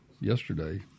yesterday